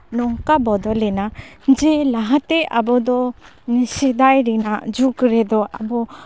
ᱱᱚᱝᱠᱟ ᱵᱚᱫᱚᱞᱮᱱᱟ ᱡᱮ ᱞᱟᱦᱟᱛᱮ ᱟᱵᱚ ᱫᱚ ᱥᱮᱫᱟᱭ ᱨᱮᱱᱟᱜ ᱡᱩᱜᱽ ᱨᱮᱫᱚ ᱟᱵᱚ